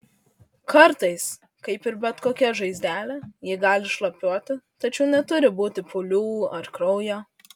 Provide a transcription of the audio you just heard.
kartais kaip ir bet kokia žaizdelė ji gali šlapiuoti tačiau neturi būti pūlių ar kraujo